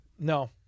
No